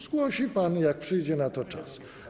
Zgłosi pan, jak przyjdzie na to czas.